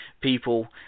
people